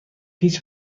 هیچ